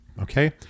okay